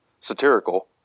satirical